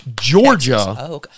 Georgia